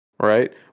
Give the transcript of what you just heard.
right